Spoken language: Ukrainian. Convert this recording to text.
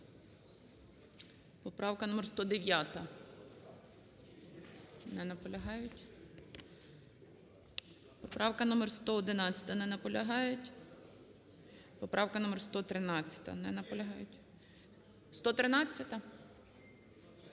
Поправка номер 109. Не наполягають. Поправка номер 111. Не наполягають. Поправка номер 113. Не наполягають. 113-а?